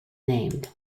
named